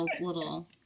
little